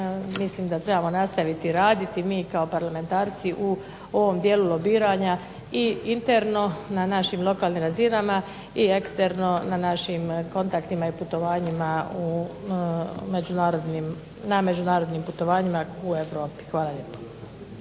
mislim da trebamo nastaviti raditi, mi kao parlamentarci u ovom dijelu lobiranja i interno, na našim lokalnim razinama i ekspertno na našim kontaktima i na međunarodnim putovanjima u Europi. Hvala lijepo.